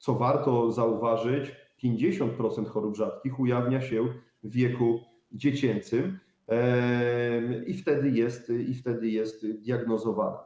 Co warto zauważyć, 50% chorób rzadkich ujawnia się w wieku dziecięcym i wtedy jest diagnozowane.